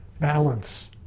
balance